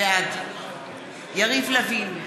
בעד יריב לוין,